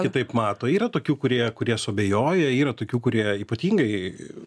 kitaip mato yra tokių kurie kurie suabejoja yra tokių kurie ypatingai